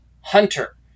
hunter